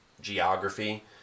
geography